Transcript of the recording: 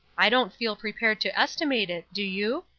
i don't feel prepared to estimate it, do you?